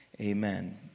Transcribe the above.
Amen